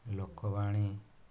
ଲୋକବାଣୀ